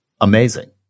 amazing